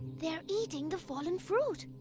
they're eating the fallen fruit.